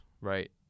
right